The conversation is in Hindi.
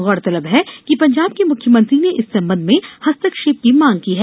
गौरतलब है कि पंजाब के मुख्यमंत्री ने इस संबंध में हस्तक्षेप की मांग की है